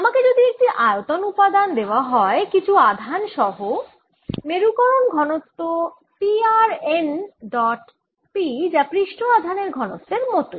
আমাকে যদি একটি আয়তন উপাদান দেওয়া হয় কিছু আধান সহ মেরুকরণ ঘনত্ব P r n dot p যা পৃষ্ঠ আধান ঘনত্বের মতই